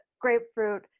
grapefruit